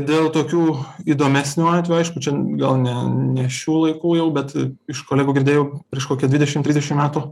dėl tokių įdomesnių atvejų aišku čia gal ne ne šių laikų jau bet iš kolegų girdėjau prieš kokią dvidešim trisdešim metų